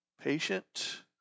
patient